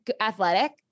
athletic